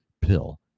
Pill